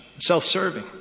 self-serving